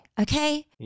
okay